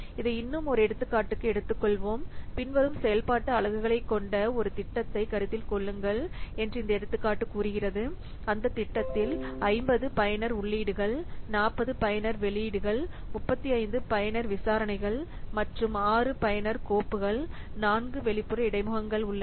இதை இன்னும் ஒரு எடுத்துக்காட்டுக்கு எடுத்துக்கொள்வோம் பின்வரும் செயல்பாட்டு அலகுகளைக் கொண்ட ஒரு திட்டத்தைக் கருத்தில் கொள்ளுங்கள் என்று இந்த எடுத்துக்காட்டு கூறுகிறது அந்த திட்டத்தில் 50 பயனர் உள்ளீடுகள் 40 பயனர் வெளியீடுகள் 35 பயனர் விசாரணைகள் மற்றும் 6 பயனர் கோப்புகள் 4 வெளிப்புற இடைமுகங்கள் உள்ளன